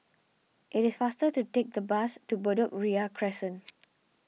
it is faster to take the bus to Bedok Ria Crescent